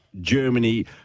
Germany